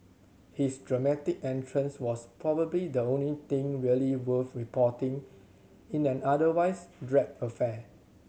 his dramatic entrance was probably the only thing really worth reporting in an otherwise drab affair